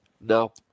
No